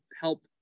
help